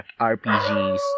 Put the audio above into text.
RPGs